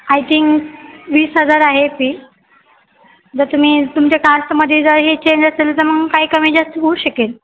I think वीस हजार आहे फी जर तुम्ही तुमच्या कास्टमध्ये जर हे चेंज असेल तर मग काही कमी जास्त होऊ शकेल